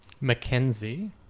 Mackenzie